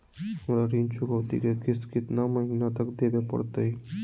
हमरा ऋण चुकौती के किस्त कितना महीना तक देवे पड़तई?